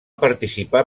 participar